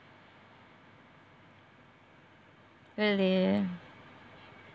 really